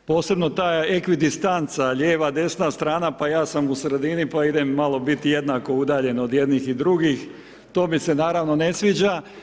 Posebno ta ekvidistanca lijeva, desna strana, pa ja sam u sredini, pa idem malo biti jednako udaljen od jednih i drugih, to mi se naravno ne sviđa.